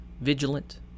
vigilant